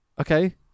Okay